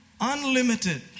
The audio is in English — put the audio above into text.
Unlimited